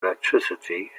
electricity